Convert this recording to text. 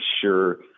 sure